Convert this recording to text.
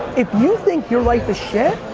if you think your life is shit,